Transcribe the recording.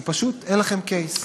כי פשוט אין לכם case.